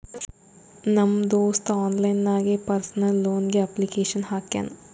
ನಮ್ ದೋಸ್ತ ಆನ್ಲೈನ್ ನಾಗೆ ಪರ್ಸನಲ್ ಲೋನ್ಗ್ ಅಪ್ಲಿಕೇಶನ್ ಹಾಕ್ಯಾನ್